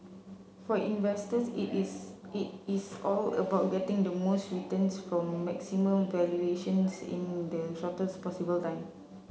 for investors it is it is all about getting the most returns from maximum valuations in the shortest possible time